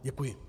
Děkuji.